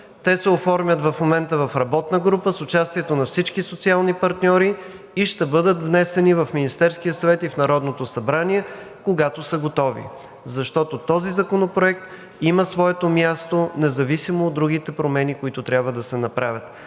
Те се оформят в момента в работна група с участието на всички социални партньори и ще бъдат внесени в Министерския съвет и в Народното събрание, когато са готови. Защото този законопроект има своето място, независимо от другите промени, които трябва да се направят.